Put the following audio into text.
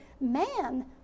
man